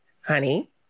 honey